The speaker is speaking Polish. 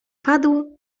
padł